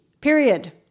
period